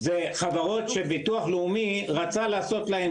זה חברות שביטוח לאומי רצה לעשות להן